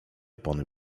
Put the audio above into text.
opony